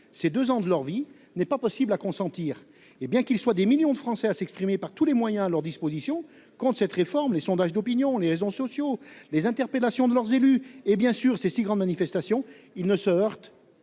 ces deux ans de leur vie n'est pas possible à consentir. Hé bien qu'il soit des millions de Français à s'exprimer par tous les moyens à leur disposition compte cette réforme, les sondages d'opinion les raisons socio-les interpellations de leurs élus et bien sûr ces si grandes manifestations. Il ne se.